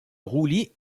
roulis